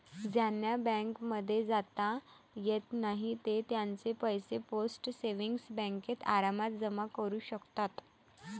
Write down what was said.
ज्यांना बँकांमध्ये जाता येत नाही ते त्यांचे पैसे पोस्ट सेविंग्स बँकेत आरामात जमा करू शकतात